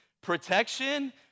protection